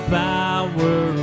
power